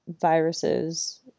viruses